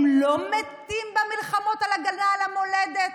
הם לא מתים במלחמות על הגנה על המולדת?